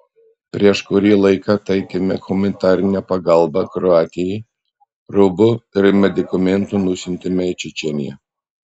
prieš kurį laiką teikėme humanitarinę pagalbą kroatijai rūbų ir medikamentų nusiuntėme į čečėniją